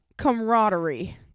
camaraderie